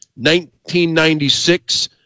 1996